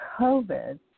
COVID